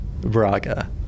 Braga